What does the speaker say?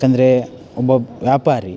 ಯಾಕೆಂದ್ರೆ ಒಬ್ಬ ವ್ಯಾಪಾರಿ